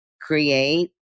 create